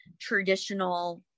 traditional